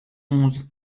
onze